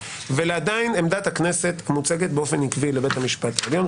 עדיין עמדת הכנסת מוצגת באופן עקבי לבית המשפט העליון,